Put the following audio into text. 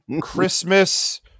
Christmas